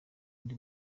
undi